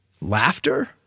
Laughter